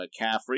McCaffrey